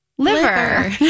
Liver